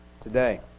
today